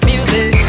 Music